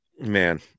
man